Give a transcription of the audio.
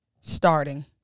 Starting